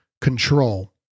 control